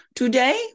Today